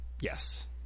Yes